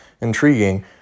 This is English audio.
intriguing